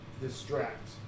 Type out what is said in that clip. distract